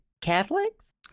Catholics